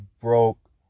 broke